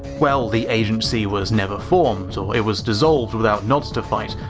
well, the agency was never formed, or it was dissolved without nod to fight,